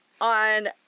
on